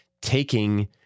taking